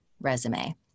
Resume